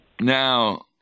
Now